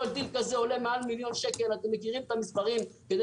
כל טיל עולה מעל מיליון שקל אתם מכירים את המספרים כדי